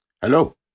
Hello